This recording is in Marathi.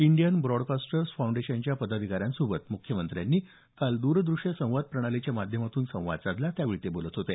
इंडियन ब्रॉडकास्टर्स करावी असं फाऊंडेशनच्या पदाधिकाऱ्यांसोबत मुख्यमंत्र्यांनी काल दूरदृश्य संवाद प्रणालीच्या माध्यमातून संवाद साधला त्यावेळी ते बोलत होते